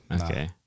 Okay